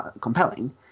compelling